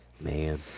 Man